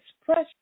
expression